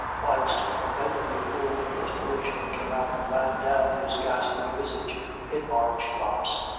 whilst from every pore the perspiration came out, and ran down his ghastly visage in large drops.